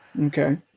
Okay